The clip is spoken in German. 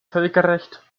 völkerrecht